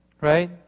Right